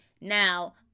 now